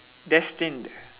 destined